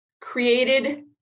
created